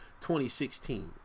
2016